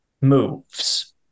moves